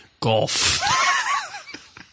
golf